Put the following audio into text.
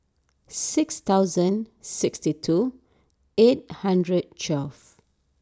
six thousand sixty two eight hundred twelve